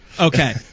Okay